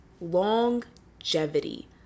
longevity